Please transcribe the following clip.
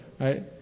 Right